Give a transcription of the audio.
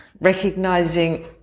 recognizing